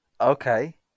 Okay